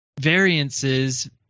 variances